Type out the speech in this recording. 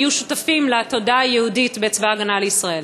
יהיו שותפים לתודעה היהודית בצבא ההגנה לישראל?